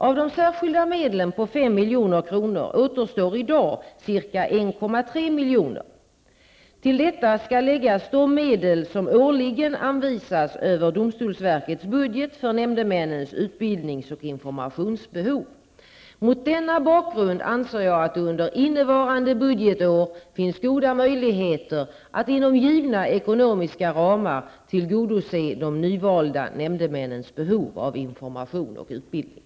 Av de särskilda medlen på 5 milj.kr. återstår i dag ca 1,3 milj.kr. Till detta skall läggas de medel som årligen anvisas över domstolsverkets budget för nämndemännens utbildnings och informationsbehov. Mot denna bakgrund anser jag att det under innevarande budgetår finns goda möjligheter att, inom givna ekonomiska ramar, tillgodose de nyvalda nämndemännens behov av information och utbildning.